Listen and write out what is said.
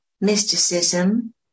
mysticism